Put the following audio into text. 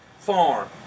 farm